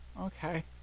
Okay